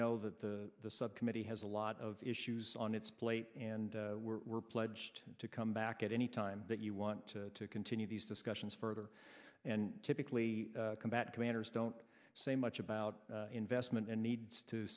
know that the subcommittee has a lot of issues on its plate and we're pledged to come back at any time that you want to to continue these discussions further and typically combat commanders don't say much about investment and needs to